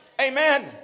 Amen